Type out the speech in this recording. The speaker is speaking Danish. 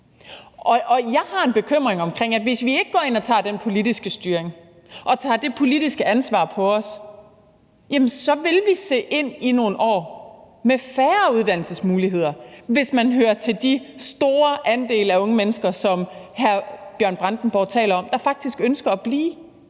jeg har en bekymring omkring, at hvis vi ikke går ind og tager den politiske styring og tager det politiske ansvar på os, vil vi se ind i nogle år med færre uddannelsesmuligheder, hvis man hører til de store andele af unge mennesker, som hr. Bjørn Brandenborg taler om, og som faktisk ønsker at blive